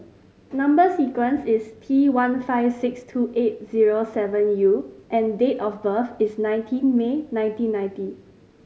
number sequence is T one five six two eight zero seven U and date of birth is nineteen May nineteen ninety